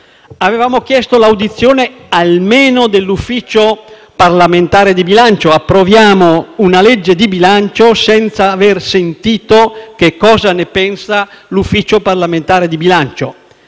Avevamo chiesto l'audizione almeno dell'Ufficio parlamentare di bilancio. Approviamo una legge di bilancio senza aver sentito cosa ne pensa l'Ufficio parlamentare di bilancio.